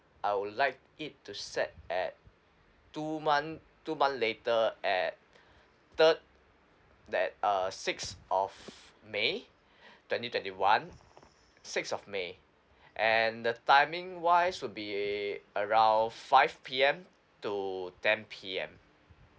I would like it to set at two month two month later at third that uh six of may twenty twenty one six of may and the timing wise would be around five P_M to ten P_M